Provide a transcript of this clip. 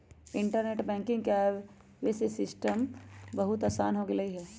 internet banking के आवे से बैंकिंग सिस्टम बहुत आसान हो गेलई ह